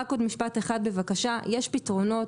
יש פתרונות.